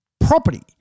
Property